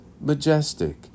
majestic